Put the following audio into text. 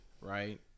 Right